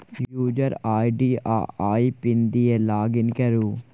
user ID आ I PIN दए login करु